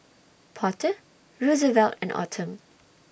Porter Rosevelt and Autumn